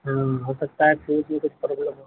ہوں ہو سکتا ہے فیوز میں کچھ پرابلم ہو